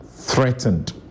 threatened